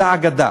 זו אגדה".